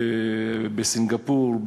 בסינגפור,